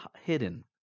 hidden